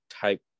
type